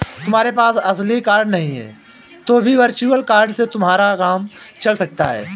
तुम्हारे पास असली कार्ड नहीं है तो भी वर्चुअल कार्ड से तुम्हारा काम चल सकता है